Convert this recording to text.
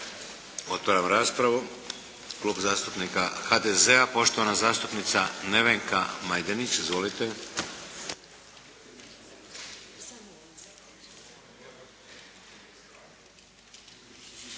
Otvaram raspravu. Klub zastupnika HDZ-a, poštovana zastupnica Nevenka Majdenić. Izvolite.